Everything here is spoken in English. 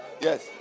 Yes